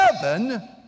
heaven